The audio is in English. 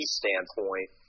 standpoint –